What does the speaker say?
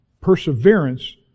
perseverance